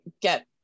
get